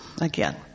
again